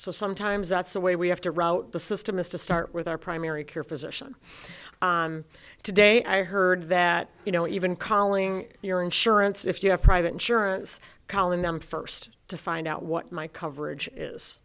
so sometimes that's the way we have to route the system is to start with our primary care physician today i heard that you know even colling your insurance if you have private insurance kollin them first to find out what my coverage is